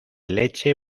leche